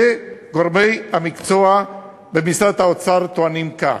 גורמי המקצוע במשרד האוצר טוענים כך.